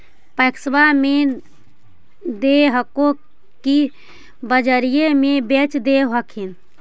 पैक्सबा मे दे हको की बजरिये मे बेच दे हखिन?